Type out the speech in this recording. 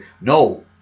No